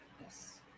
yes